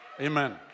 Amen